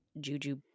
juju